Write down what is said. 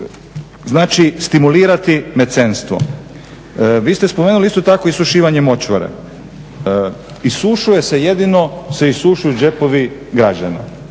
Znači stimulirati … Vi ste spomenuli isto tako isušivanje močvare, isušuje se, jedino se isušuju džepovi građana,